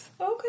Okay